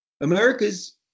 America's